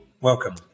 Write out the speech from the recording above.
welcome